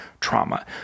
trauma